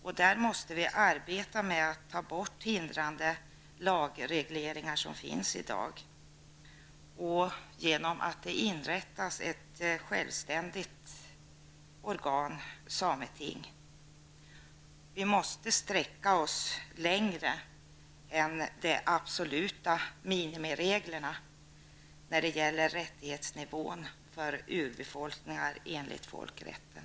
Vi måste arbeta på att ta bort de hindrande lagregleringar som finns i dag. Det måste inrättas ett självständigt organ, ett sameting. Vi måste sträcka oss längre än de absoluta minimireglerna när det gäller rättighetsnivån för urbefolkningar enligt folkrätten.